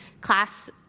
Class